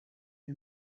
and